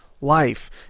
life